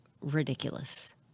ridiculous